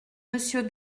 monsieur